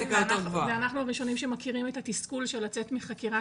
ואנחנו הראשונים שמכירים את התסכול של לצאת מחקירה